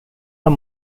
are